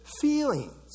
feelings